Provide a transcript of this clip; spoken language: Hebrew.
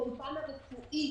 באולפן הרפואי,